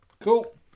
Cool